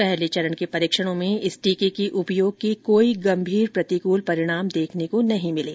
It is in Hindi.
पहले चरण के परीक्षणों में इस टीके के उपयोग के कोई गंभीर प्रतिकूल परिणाम देखने को नहीं मिले